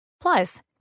Plus